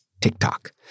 TikTok